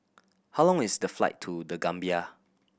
how long is the flight to The Gambia